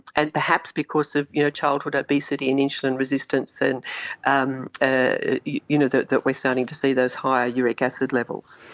and perhaps because of you know childhood obesity and insulin resistance and and ah you know that that we starting to see those higher uric acid levels.